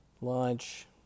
Lunch